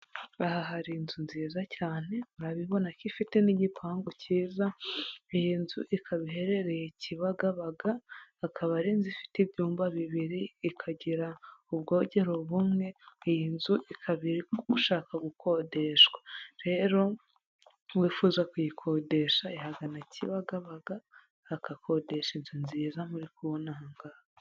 Aha hari inzu nziza cyane, urabibona ko ifite n'igipangu kiza, iyi nzu ikaba iherereye Kibagabaga, akaba ari inzu ifite ibyumba bibiri, ikagira ubwogero bumwe, iyi nzu ikaba iri gushaka gukodeshwa, rero wifuza kuyikodesha yagana Kibagabaga agakodesha inzu nziza muri kubona aha ngaha.